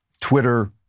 Twitter